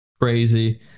Crazy